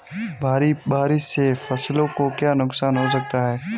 भारी बारिश से फसलों को क्या नुकसान हो सकता है?